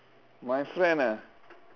my friend ah